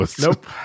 Nope